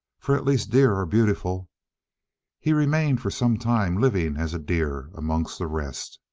for at least deer are beautiful he remained for some time living as a deer amongst the rest,